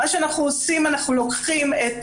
מה שאנחנו עושים, אנחנו לוקחים את